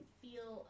feel